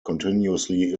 continuously